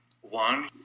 One